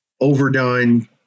overdone